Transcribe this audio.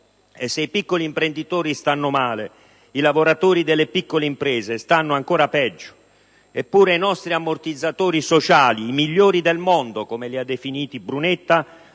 E se i piccoli imprenditori stanno male, i lavoratori delle piccole imprese stanno ancora peggio. Eppure i nostri ammortizzatori sociali, i migliori del mondo (come li ha definiti Brunetta),